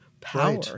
power